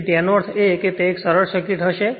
તેથી તેનો અર્થ એ કે તે એક સરળ સર્કિટ હશે